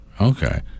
Okay